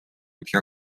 kuid